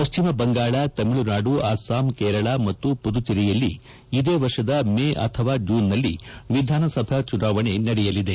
ಪಶ್ಚಿಮ ಬಂಗಾಳ ತಮಿಳುನಾಡು ಅಸ್ಪಾಂ ಕೇರಳ ಮತ್ತು ಪುದಚೇರಿಯಲ್ಲಿ ಇದೇ ವರ್ಷದ ಮೇ ಅಥವಾ ಜೂನ್ನಲ್ಲಿ ವಿಧಾನಸಭೆ ಚುನಾವಣೆ ನಡೆಯಲಿದೆ